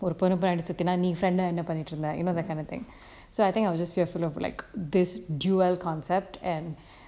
ஒரு பொண்ணு பின்னாடி சுத்துனா நீ:oru ponnu pinnadi suthuna nee friend ah என்ன பண்ணிட்டு இருந்த:enna pannittu iruntha you know that kind of thing so I think I'll just like this duel concept and